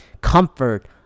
Comfort